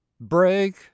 break